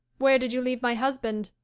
where did you leave my husband?